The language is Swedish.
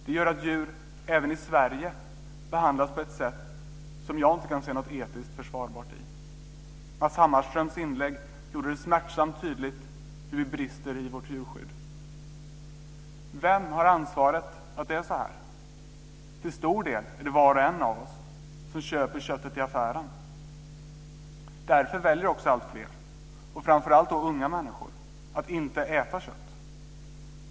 Det gör att djur även i Sverige behandlas på ett sätt som jag inte kan se något etiskt försvarbart i. Matz Hammarströms inlägg gjorde det smärtsamt tydligt hur det brister i vårt djurskydd. Vem har ansvaret för att det är så här? Till stor del är det var och en av oss som köper köttet i affären. Därför väljer också alltfler, framför allt unga människor, att inte äta kött.